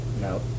No